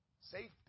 safety